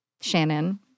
Shannon